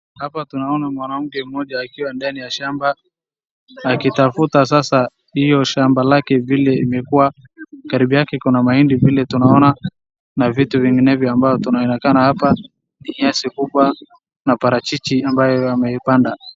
Hapa tunaoana mwanamke mmoja akiwa ndani ya shamba akitafuta sasa hiyo shamba lake vile imekua. Karibu yake iko na mahindi vile tunaoana na vitu vinginevyo ambayo tunaonekana hapa ni nyasi kubwa na parachichi ambayo ameipanda.